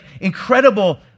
incredible